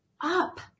up